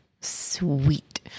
Sweet